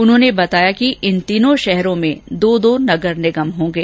उन्होंने बताया कि इन तीनों शहरों में दो दो नगर निगम होंगे